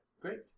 Great